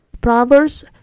Proverbs